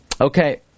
Okay